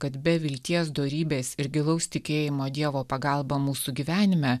kad be vilties dorybės ir gilaus tikėjimo dievo pagalba mūsų gyvenime